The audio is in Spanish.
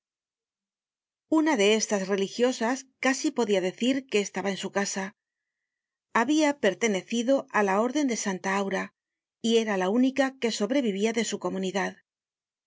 una de estas religiosas easi podia decir que estaba en su casa ha bia pertenecido á la orden de santa aura y era la única que sobrevivia de su comunidad